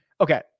Okay